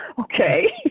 Okay